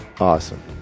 Awesome